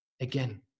again